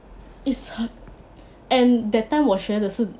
is and that time 我学的是